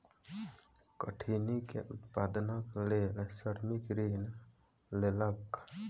कठिनी के उत्पादनक लेल श्रमिक ऋण लेलक